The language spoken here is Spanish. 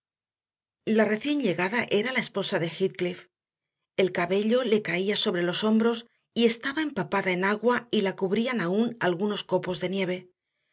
la recién llegada era la esposa de heathcliff el cabello le caía sobre los hombros y estaba empapada en agua y la cubrían aún algunos copos de nieve